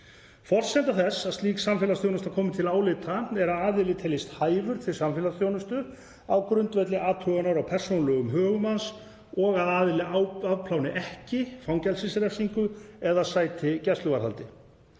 Forsenda þess að slík samfélagsþjónusta komi til álita er að aðili teljist hæfur til samfélagsþjónustu á grundvelli athugunar á persónulegum högum hans og að aðili afpláni ekki fangelsisrefsingu eða sæti gæsluvarðhaldi.